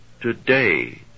today